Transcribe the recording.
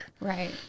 right